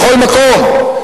בכל מקום,